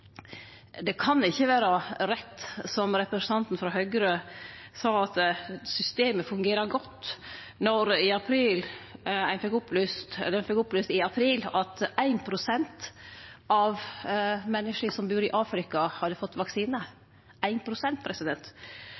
det me har i dag. Det kan ikkje vere rett, som representanten frå Høgre sa, at systemet fungerer godt, når ein i april fekk opplyst at 1 pst. av menneska som bur i Afrika, hadde fått